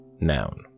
Noun